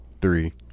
three